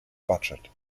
budget